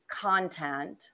content